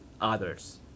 others